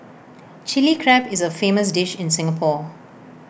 Chilli Crab is A famous dish in Singapore